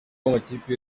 amakipe